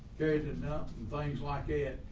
cages and things like it.